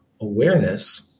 awareness